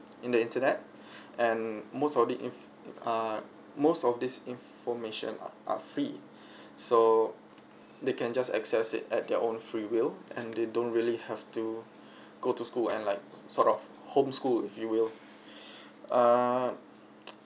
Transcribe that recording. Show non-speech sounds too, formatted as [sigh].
in the internet and most of the it if err most of this information are are free [breath] so they can just access it at their own free will and they don't really have to [breath] go to school and like sort of home school if you will err